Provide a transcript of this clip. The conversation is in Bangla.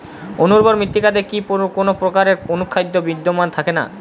অনুর্বর মৃত্তিকাতে কি কোনো প্রকার অনুখাদ্য বিদ্যমান থাকে না?